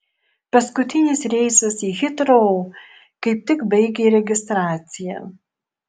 paskutinis reisas į hitrou kaip tik baigė registraciją